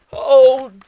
oh